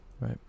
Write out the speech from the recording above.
right